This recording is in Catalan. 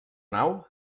nau